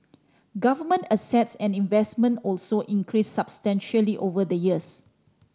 government assets and investment also increased substantially over the years